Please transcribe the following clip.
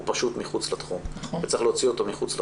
פשוט מחוץ לתחום וצריך להוציא אותו מחוץ לתחום.